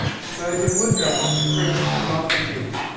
spurgeon would go on to preach to multitudes,